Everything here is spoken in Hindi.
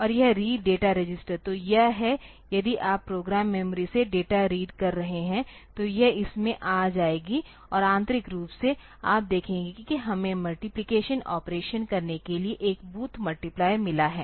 और यह रीड डाटा रजिस्टर तो यह है यदि आप प्रोग्राम मेमोरी से डेटा रीड कर रहे तो यह इसमें आ जाएगा और आंतरिक रूप से आप देखेंगे कि हमें मल्टिप्लिकेशन ऑपरेशन करने के लिए एक बूथ मल्टीप्लायर मिला है